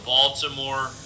Baltimore